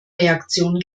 reaktion